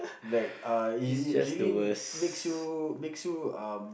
like uh it really makes you makes you um